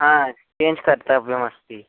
हा चेञ्ज् कर्तव्यमस्ति